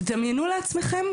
תדמיינו לעצמכם,